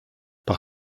par